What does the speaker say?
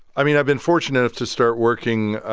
i mean, i've been fortunate enough to start working,